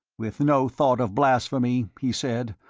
with no thought of blasphemy, he said,